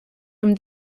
from